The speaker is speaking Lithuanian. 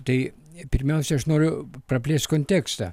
tai pirmiausia aš noriu praplėst kontekstą